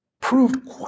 proved